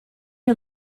you